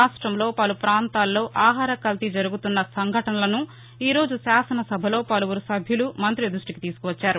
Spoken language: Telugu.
రాష్ట్రంలో పలు పాంతాల్లో ఆహార కల్తీ జరుగుతున్న సంఘటనలను ఈ రోజు శాసనసభలో పలువురు సభ్యులు మంత్రి దృష్టికి తీసుకువచ్చారు